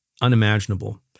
unimaginable